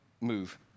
move